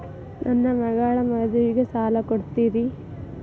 ನನ್ನ ಮಗಳ ಮದುವಿಗೆ ಸಾಲ ಕೊಡ್ತೇರಿ?